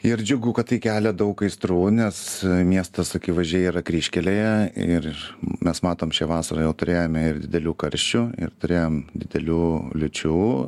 ir džiugu kad tai kelia daug aistrų nes miestas akivaizdžiai yra kryžkelėje ir mes matom šią vasarą jau turėjome ir didelių karščių ir turėjom didelių liūčių